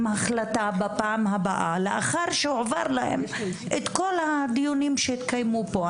החלטה בפעם הבאה לאחר שהובהר להם כל הדיונים שהתקיימו כאן.